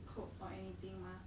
clothes or anything mah